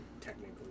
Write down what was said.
technically